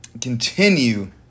continue